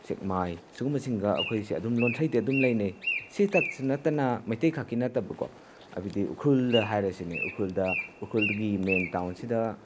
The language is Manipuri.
ꯁꯦꯛꯃꯥꯏ ꯁꯤꯒꯨꯝꯕꯁꯤꯡꯒ ꯑꯩꯈꯣꯏꯁꯦ ꯑꯗꯨꯝ ꯂꯣꯟꯊ꯭ꯔꯩꯗꯤ ꯑꯗꯨꯝ ꯂꯩꯅꯤ ꯁꯤ ꯈꯛꯁꯨ ꯅꯠꯇꯅ ꯃꯩꯇꯩ ꯈꯛꯀꯤ ꯅꯠꯇꯕꯀꯣ ꯍꯥꯏꯕꯗꯤ ꯎꯈ꯭ꯔꯨꯜꯗ ꯍꯥꯏꯔꯁꯤꯅꯦ ꯎꯈ꯭ꯔꯨꯜꯗ ꯎꯈ꯭ꯔꯨꯜꯒꯤ ꯃꯦꯟ ꯇꯥꯎꯟꯁꯤꯗ